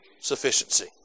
sufficiency